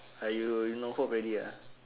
!aiyo! you you no hope already uh